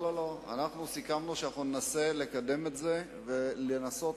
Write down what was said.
אנחנו סיכמנו שננסה לקדם את זה ולנסות